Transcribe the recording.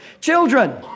children